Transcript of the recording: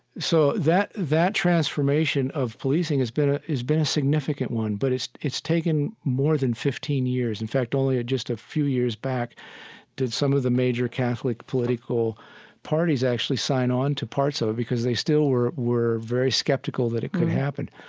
so that that transformation of policing has been ah a significant one, but it's it's taken more than fifteen years. in fact, only just a few years back did some of the major catholic political parties actually sign on to parts of it because they still were were very skeptical that it could happen.